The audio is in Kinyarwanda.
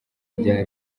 rya